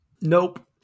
Nope